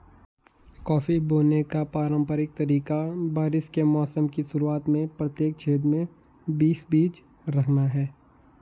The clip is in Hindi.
कॉफी बोने का पारंपरिक तरीका बारिश के मौसम की शुरुआत में प्रत्येक छेद में बीस बीज रखना है